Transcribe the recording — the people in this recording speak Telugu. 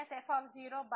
f1 f2fc